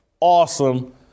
awesome